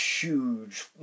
huge